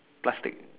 plastic